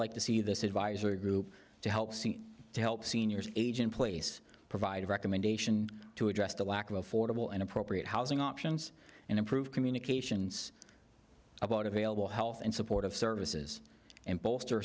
like to see this advisory group to help to help seniors age in place provide recommendation to address the lack of affordable and appropriate housing options and improve communications about available health and support of services and bolster